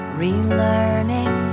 relearning